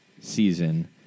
season